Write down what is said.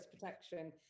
protection